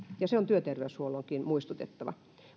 ja siitä on työterveyshuollonkin muistutettava